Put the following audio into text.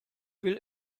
will